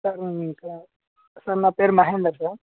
sir మేము ఇంకా sir నా పేరు మహేందర్ సార్